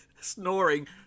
snoring